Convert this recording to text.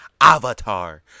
Avatar